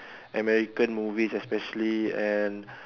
american movies especially and